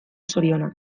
zorionak